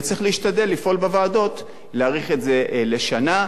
וצריך להשתדל לפעול בוועדות להאריך את זה לשנה.